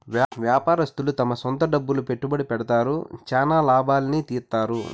వ్యాపారస్తులు తమ సొంత డబ్బులు పెట్టుబడి పెడతారు, చానా లాభాల్ని తీత్తారు